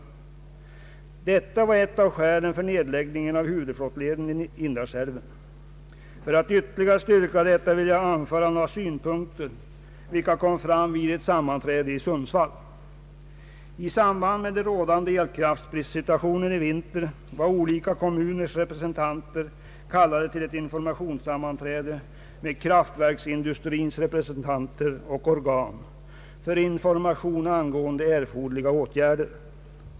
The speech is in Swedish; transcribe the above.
Detta var ett av skälen för nedläggningen av huvudflottleden i Indalsälven. För att ytterligare styrka detta vill jag anföra några synpunkter, vilka kom fram vid ett sammanträde i Sundsvall. I samband med den rådande elkraftbristsituationen i vintras var olika kommuners representanter kallade till ett informationssammanträde med kraftindustrins representanter och organ för information angående erforderliga åtgärder.